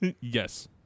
Yes